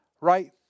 Right